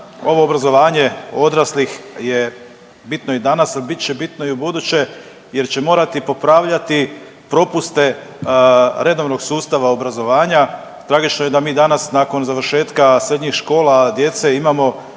ovo obrazovanje odraslih je bitno i danas, a bit će bitno i ubuduće jer će morati popravljati propuste redovnog sustava obrazovanja. Tragično je da mi danas nakon završetka srednjih škola djece imamo